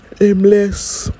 aimless